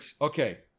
Okay